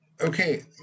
Okay